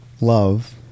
love